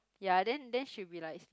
ya then then she will be like